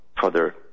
further